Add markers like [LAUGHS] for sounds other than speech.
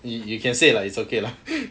you you can say lah it's okay lah [LAUGHS]